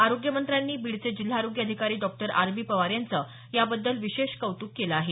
आरोग्य मंत्र्यांनी बीड चे जिल्हा आरोग्य अधिकारी डॉ आर बी पवार यांचं याबद्दल विशेष कौतुक केलं आहे